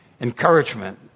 Encouragement